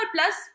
Plus